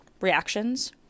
reactions